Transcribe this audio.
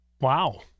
Wow